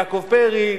יעקב פרי,